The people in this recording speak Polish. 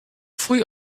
twój